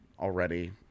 already